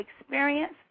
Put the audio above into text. experience